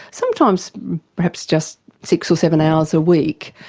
sometimes perhaps just six or seven hours a week,